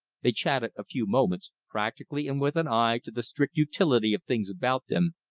they chatted a few moments, practically and with an eye to the strict utility of things about them,